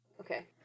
Okay